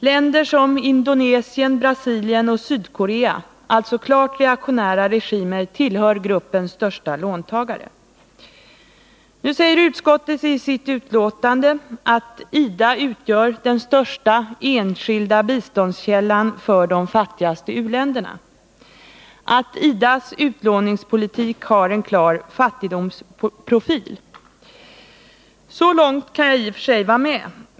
Länder som Indonesien, Brasilien och Sydkorea — alltså klart reaktionära regimer — tillhör gruppens största låntagare. Nu säger utskottet i sitt betänkande att IDA utgör den största enskilda biståndskällan för de fattigaste u-länderna och att IDA:s utlåningspolitik har en klar fattigdomsprofil. Så långt kan jag hålla med.